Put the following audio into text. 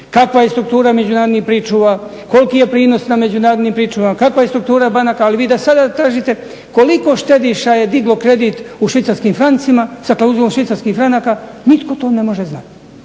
kakva je struktura međunarodnih pričuva, koliko je prinos na međunarodnim pričuvama, kakva je struktura banaka. Ali vi da sada tražite koliko štediša je diglo kredit u švicarskim francima sa klauzulom švicarskih franaka nitko to ne može znati,